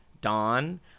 Dawn